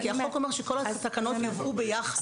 כי החוק אומר שכל התקנות יובאו ביחד.